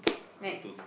next